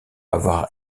avoir